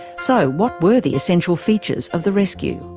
so what were the essential features of the rescue?